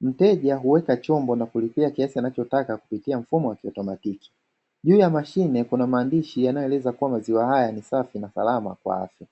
mteja huweka chombo na kulipia kiasi anachotaka kupitia mfumo wa kiotomatiki, juu ya mashine Kuna maandishi yanayoeleza kuwa maziwa haya ni safi na salama kwa afya.